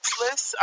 list